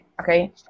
okay